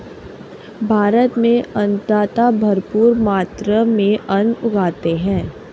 भारत में अन्नदाता भरपूर मात्रा में अन्न उगाते हैं